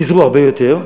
פיזרו הרבה יותר.